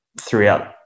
throughout